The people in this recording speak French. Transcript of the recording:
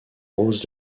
rose